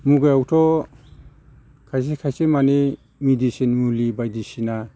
मुगायावथ' खायसे खायसे माने मेडिसिन मुलि बायदिसिना